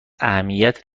اهمیت